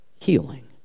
healing